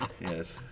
Yes